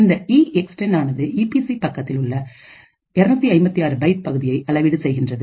இந்த ஈஎக்ஸ்டெண்ட் ஆனது ஈபிசி பக்கத்தில் உள்ள 256 பைட் பகுதியை அளவீடு செய்கிறது